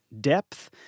depth